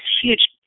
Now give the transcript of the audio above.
huge